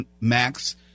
Max